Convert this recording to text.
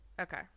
okay